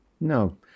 No